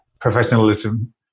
professionalism